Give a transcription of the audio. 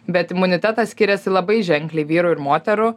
bet imunitetas skiriasi labai ženkliai vyrų ir moterų